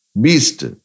Beast